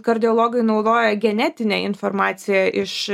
kardiologai naudoja genetinę informaciją iš